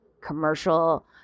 commercial